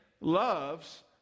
loves